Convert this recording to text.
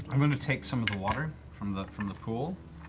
i'm going to take some of the water from the from the pool,